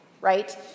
right